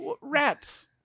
rats